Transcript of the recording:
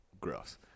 gross